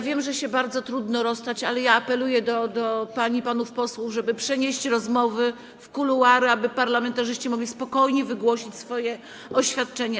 Wiem, że się bardzo trudno rozstać, ale apeluję do pań i panów posłów, żeby przenieść rozmowy w kuluary, aby parlamentarzyści mogli spokojnie wygłosić swoje oświadczenia.